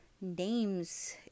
names